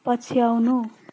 पछ्याउनु